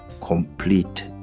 Complete